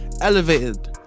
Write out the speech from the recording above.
Elevated